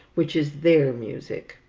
which is their music.